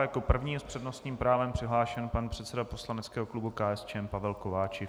Jako první je s přednostním právem přihlášen pan předseda poslaneckého klubu KSČM Pavel Kováčik.